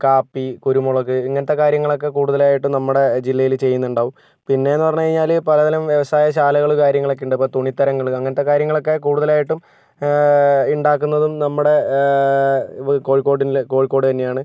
കാപ്പി കുരുമുളക് ഇങ്ങനത്തെ കാര്യങ്ങളൊക്കെ കൂടുതലായിട്ടും നമ്മുടെ ജില്ലയിൽ ചെയ്യുന്നുണ്ടാകും പിന്നേന്ന് പറഞ്ഞ് കഴിഞ്ഞാല് പല തരം വ്യവസായ ശാലകള് കാര്യങ്ങളൊക്കെയുണ്ട് ഇപ്പം തുണിത്തരങ്ങള് അങ്ങനത്തെ കാര്യങ്ങളക്കെ കൂടുതലായിട്ടും ഉണ്ടാക്കുന്നതും നമ്മുടെ കോഴിക്കോടിലെ കോഴിക്കോട് തന്നെയാണ്